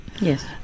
Yes